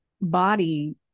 body